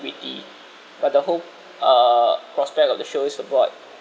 witty but the whole uh prospect of the show is about